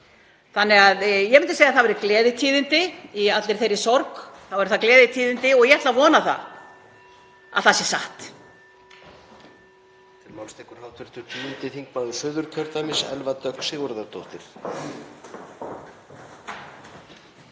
Þannig að ég myndi segja að það væru gleðitíðindi, í allri þeirri sorg eru það gleðitíðindi og ég ætla að vona að það sé satt.